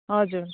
हजुर